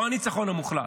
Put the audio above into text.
לא הניצחון המוחלט,